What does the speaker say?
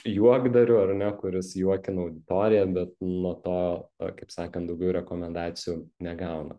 juokdariu ar ne kuris juokina auditoriją bet nuo to kaip sakant daugiau rekomendacijų negauna